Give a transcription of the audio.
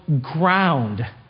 ground